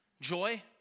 joy